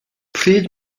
pryd